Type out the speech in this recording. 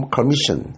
Commission